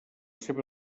seva